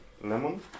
lemon